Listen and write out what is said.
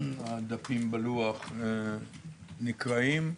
הדפים בלוח נקרעים,